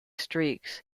streaks